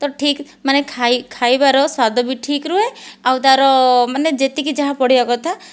ତ ଠିକ୍ ମାନେ ଖାଇବାର ସ୍ୱାଦ ବି ଠିକ୍ ରହେ ଆଉ ତା'ର ମାନେ ଯେତିକି ଯାହା ପଡ଼ିବା କଥା